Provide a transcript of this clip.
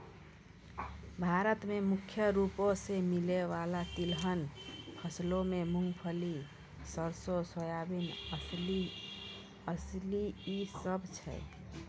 भारत मे मुख्य रूपो से मिलै बाला तिलहन फसलो मे मूंगफली, सरसो, सोयाबीन, अलसी इ सभ छै